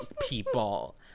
people